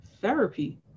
therapy